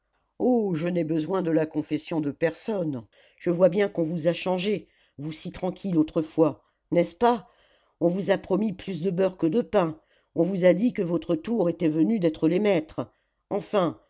oh je n'ai besoin de la confession de personne je vois bien qu'on vous a changés vous si tranquilles autrefois nest ce pas on vous a promis plus de beurre que de pain on vous a dit que votre tour était venu d'être les maîtres enfin